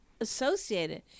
associated